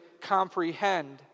comprehend